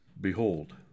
Behold